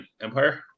Empire